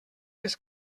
les